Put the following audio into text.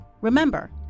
Remember